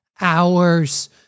hours